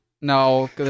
no